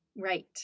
Right